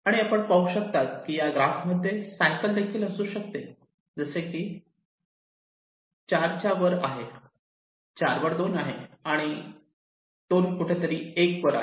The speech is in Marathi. आणि आपण पाहू शकता की या ग्राफ मध्ये सायकल देखील असू शकते जसे की एक 4 च्या वर आहे 4 वर 2 आहे आणि 2 कुठेतरी 1 वर आहे